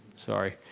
sorry,